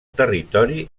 territori